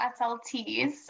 SLTs